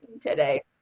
today